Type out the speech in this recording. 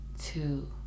two